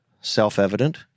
self-evident